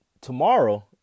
tomorrow